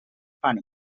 funny